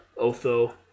Otho